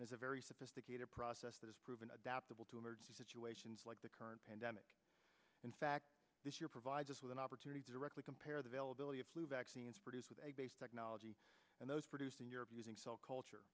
as a very sophisticated process that is proven adaptable to emerge situations like the current pandemic in fact this year provides us with an opportunity to directly compare the vale ability of flu vaccines produced with a base technology and those produced in europe using cell culture